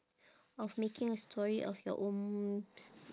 of making a story of your own